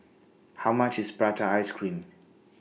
How much IS Prata Ice Cream